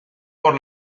por